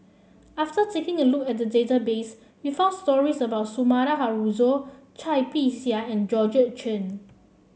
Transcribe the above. after taking a look at the database we found stories about Sumida Haruzo Cai Bixia and Georgette Chen